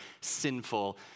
sinful